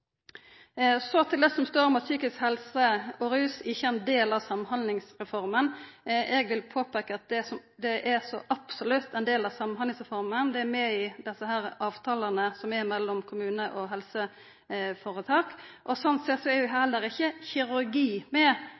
Så til det som står om at psykisk helse og rus ikkje er ein del av Samhandlingsreforma. Eg vil påpeika at det er så absolutt ein del av Samhandlingsreforma. Det er med i avtalane som er mellom kommunar og helseføretak. Sånn sett er jo heller ikkje kirurgi med